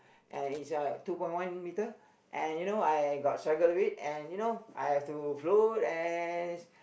and it's like two point one meter and you know I got struggle a bit and you know I have to float and